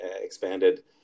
expanded